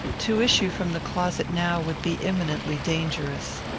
to issue from the closet now would be imminently dangerous.